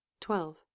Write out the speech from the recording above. twelve